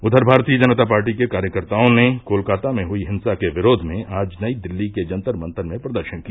उधर भारतीय जनता पार्टी के कार्यकर्ताओं ने कोलकाता में हई हिंसा के विरोध में आज नई दिल्ली के जंतर मंतर में प्रदर्शन किया